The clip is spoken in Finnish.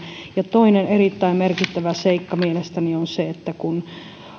ja toinen erittäin merkittävä seikka mielestäni on se että